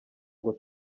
ngo